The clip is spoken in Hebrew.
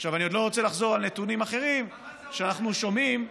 אני לא רוצה לחזור על נתונים אחרים שאנחנו שומעים,